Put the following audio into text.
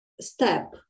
step